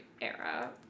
era